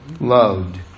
loved